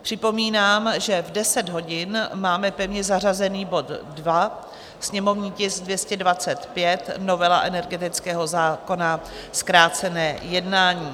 Připomínám, že v 10 hodin máme pevně zařazený bod 2, sněmovní tisk 225 novela energetického zákona, zkrácené jednání.